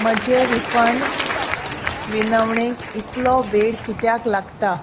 म्हजें रिफंड विनवणेक इतलो वेळ कित्याक लागता